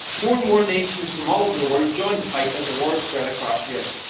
more and more nations from all over the world joined the fight as the war spread across europe.